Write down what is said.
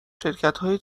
شرکتهای